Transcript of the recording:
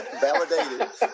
Validated